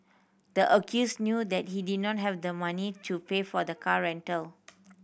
the accused knew that he did not have the money to pay for the car rental